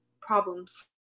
problems